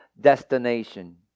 destination